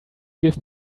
give